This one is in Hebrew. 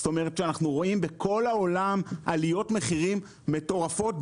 זאת אומרת שאנחנו רואים בכל העולם עליות מחירים מטורפות.